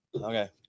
okay